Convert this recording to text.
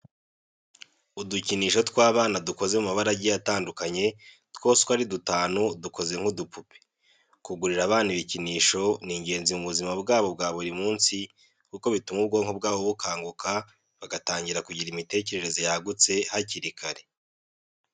Udukinisho tw'abana dukoze mu mabara agiye atandukanye, twose uko ari dutanu dukoze nk'udupupe. Kugurira abana ibikinisho ni ingenzi mu buzima bwabo bwa buri munsi kuko bituma ubwonko bwabo bukanguka bagatangira kugira imitekerereze yagutse hakiri kare.